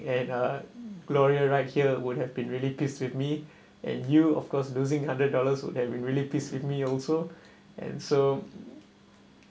and uh glory right here would have been really pissed with me and you of course losing hundred dollars would have been really pissed with me also and so